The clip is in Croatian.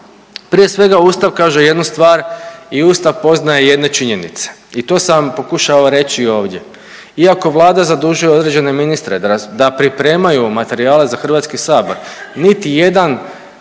Prije svega Ustav kaže jednu stvar i Ustav poznaje jedne činjenice i to sam vam pokušao reći ovdje. Iako Vlada zadužuje određene ministre da pripremaju materijale za Hrvatski sabor, niti jedan